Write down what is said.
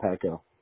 Paco